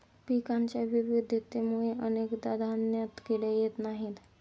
पिकांच्या विविधतेमुळे अनेकदा धान्यात किडे येत नाहीत